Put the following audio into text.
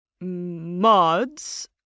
Mods